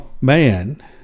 man